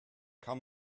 kann